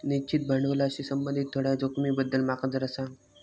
निश्चित भांडवलाशी संबंधित थोड्या जोखमींबद्दल माका जरा सांग